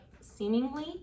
seemingly